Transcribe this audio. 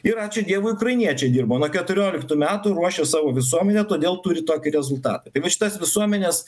ir ačiū dievui ukrainiečiai dirbo nuo keturioliktų metų ruošė savo visuomenę todėl turi tokį rezultatą tai vat šitas visuomenės